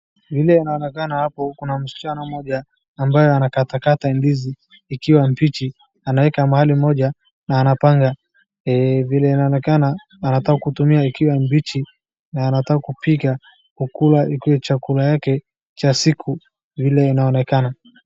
Vile inaonekana hapo kuna msichana ambaye anakatakata ndizi ikiwa mbichi, anaweka mahali moja na anapanga vile inaonekana anataka kutumia ikiwa mbichi na anataka kupika kukula ikuwe chakula yake ya siku vile inaonekana.